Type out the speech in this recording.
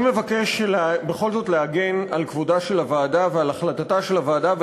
אני מבקש בכל זאת להגן על כבודה של הוועדה ועל החלטתה של הוועדה,